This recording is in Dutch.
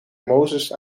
mozes